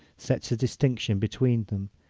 sets a distinction between them,